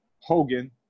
Hogan